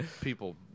People